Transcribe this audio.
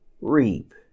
reap